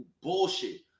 bullshit